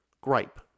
gripe